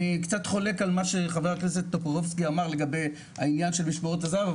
אני קצת חולק על מה שח"כ טופורובסקי אמר לגבי העניין של משמרות הזה"ב,